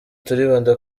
turibanda